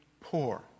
poor